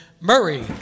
Murray